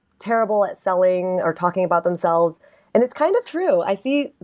terrible at selling or talking about themselves and it's kind of true. i see,